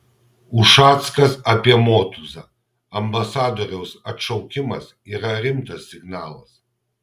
ušackas apie motuzą ambasadoriaus atšaukimas yra rimtas signalas